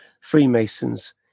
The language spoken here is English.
Freemasons